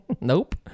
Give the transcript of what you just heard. Nope